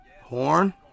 Horn